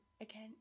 Again